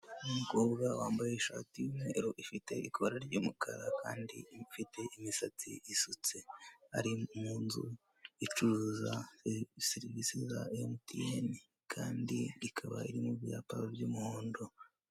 Umukobwa wambaye ishati y'umweru ifite ikora ry'umukara kandi ifite imisatsi isutse. Ari mu nzu icuruza serivisi za MTN kandi ikaba irimo ibyapa by'umuhondo.